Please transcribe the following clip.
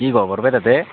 কি ক বৰপেটাতে